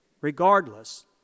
regardless